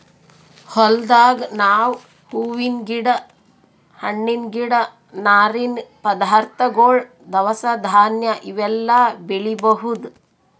ಹೊಲ್ದಾಗ್ ನಾವ್ ಹೂವಿನ್ ಗಿಡ ಹಣ್ಣಿನ್ ಗಿಡ ನಾರಿನ್ ಪದಾರ್ಥಗೊಳ್ ದವಸ ಧಾನ್ಯ ಇವೆಲ್ಲಾ ಬೆಳಿಬಹುದ್